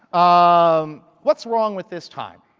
um what's wrong with this time.